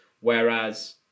Whereas